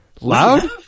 Loud